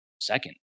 Second